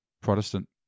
Protestant